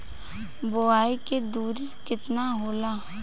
बुआई के दूरी केतना होला?